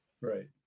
Right